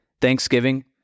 Thanksgiving